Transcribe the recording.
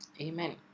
amen